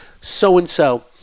so-and-so